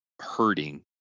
hurting